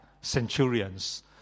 centurions